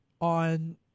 on –